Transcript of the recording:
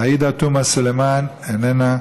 עאידה תומא סלימאן, איננה,